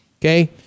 Okay